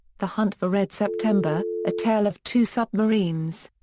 the hunt for red september a tale of two submarines.